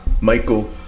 Michael